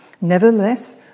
Nevertheless